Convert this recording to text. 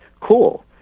cool